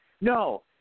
no